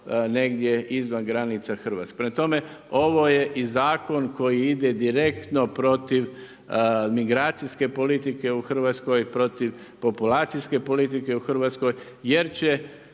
negdje izvan granice Hrvatske. Prema tome, ovo je i zakon koji ide direktno protiv migracijske politike u Hrvatskoj, protiv populacijske politike u Hrvatskoj, jer će